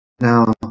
Now